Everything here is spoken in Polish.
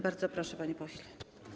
Bardzo proszę, panie pośle.